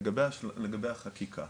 לגבי החקיקה,